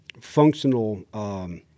functional